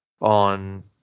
on